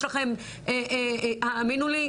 האמינו לי,